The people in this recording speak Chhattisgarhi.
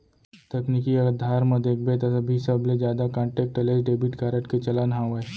तकनीकी अधार म देखबे त अभी सबले जादा कांटेक्टलेस डेबिड कारड के चलन हावय